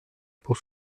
pour